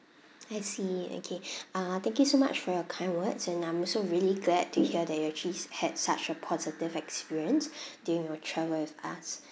I see okay uh thank you so much for your kind words and I'm also really glad to hear that you actuallys had such a positive experience during your travel with us